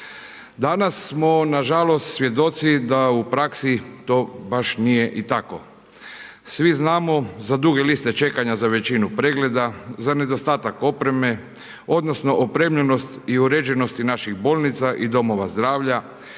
Danas smo nažalost svjedoci da u praksi to baš nije i tako. Svi znamo za duge liste čekanja za većinu pregleda, za nedostatak opreme, odnosno opremljenost i uređenosti naših bolnica i domova zdravlja,